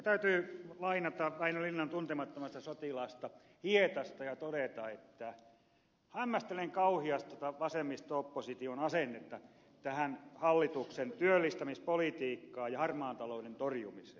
täytyy lainata väinö linnan tuntemattomasta sotilaasta hietasta ja todeta että hämmästelen kauhiast tätä vasemmisto opposition asennetta hallituksen työllistämispolitiikkaan ja harmaan talouden torjumiseen